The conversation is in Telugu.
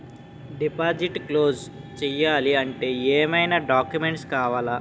డిపాజిట్ క్లోజ్ చేయాలి అంటే ఏమైనా డాక్యుమెంట్స్ కావాలా?